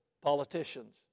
Politicians